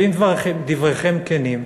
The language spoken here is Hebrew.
ואם כבר דבריכם כנים,